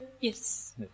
Yes